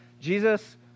Jesus